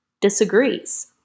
disagrees